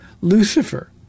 Lucifer